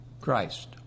Christ